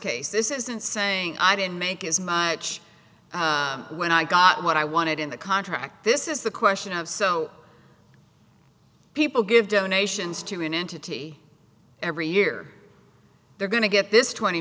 case this isn't saying i didn't make as much when i got what i wanted in the contract this is the question of so people give donations to an entity every year they're going to get this twenty